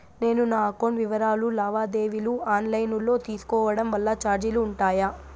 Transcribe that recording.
నేను నా అకౌంట్ వివరాలు లావాదేవీలు ఆన్ లైను లో తీసుకోవడం వల్ల చార్జీలు ఉంటాయా?